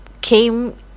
came